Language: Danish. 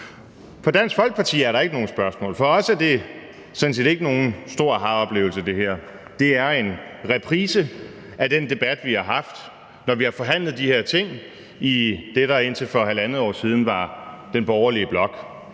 For Dansk Folkeparti er der ikke nogen spørgsmål; for os er det her sådan set ikke nogen stor ahaoplevelse. Det er en reprise af den debat, vi har haft, når vi har forhandlet de her ting i det, der indtil for halvandet år siden var den borgerlige blok.